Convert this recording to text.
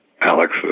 Alex